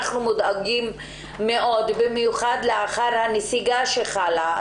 אנחנו מודאגים מאוד, במיוחד לאחר הנסיגה שחלה.